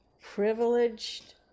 privileged